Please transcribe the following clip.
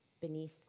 beneath